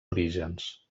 orígens